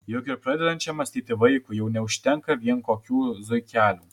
juk ir pradedančiam mąstyti vaikui jau neužtenka vien kokių zuikelių